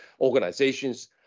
organizations